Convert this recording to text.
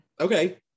Okay